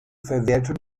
verwerten